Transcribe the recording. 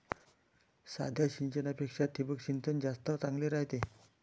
साध्या सिंचनापेक्षा ठिबक सिंचन जास्त चांगले रायते